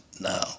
now